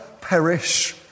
perish